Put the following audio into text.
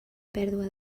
pèrdua